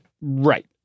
Right